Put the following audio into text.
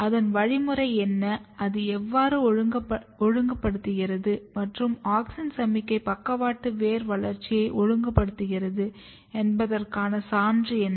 அதன் வழிமுறை என்ன அது எவ்வாறு ஒழுங்குபடுத்துகிறது மற்றும் ஆக்சின் சமிக்ஞை பக்கவாட்டு வேர் வளர்ச்சியை ஒழுங்குபடுத்துகிறது என்பதற்கான சான்று என்ன